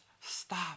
stop